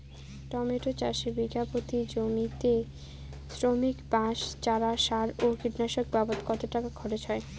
Tomato চাষে বিঘা প্রতি জমিতে শ্রমিক, বাঁশ, চারা, সার ও কীটনাশক বাবদ কত টাকা খরচ হয়?